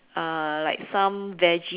uh like some veggie